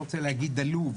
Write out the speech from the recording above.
אני לא רוצה להגיד עלוב,